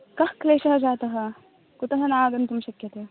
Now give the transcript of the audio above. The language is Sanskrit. कः क्लेशः जातः कुतः नागन्तुं शक्यते